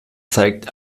zeigt